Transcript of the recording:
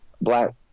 black